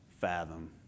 fathom